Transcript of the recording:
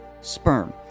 sperm